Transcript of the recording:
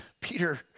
Peter